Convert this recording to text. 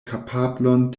kapablon